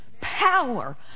Power